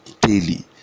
daily